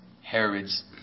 Herod's